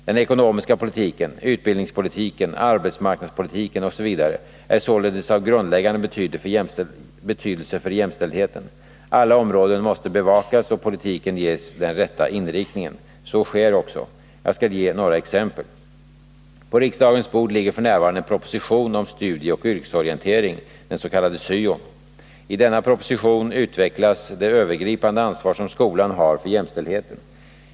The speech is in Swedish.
Den ekonomiska politiken, utbildningspolitiken, arbetsmarknadspolitiken osv. är således av grundläggande betydelse för jämställdheten. Alla områden måste bevakas och politiken ges den rätta inriktningen. Så sker också. Jag skall ge några exempel. På riksdagens bord ligger f. n. en proposition om studieoch yrkesorientering, dens.k. syon. I denna proposition utvecklas det övergripande ansvar som skolan har för jämställdheten.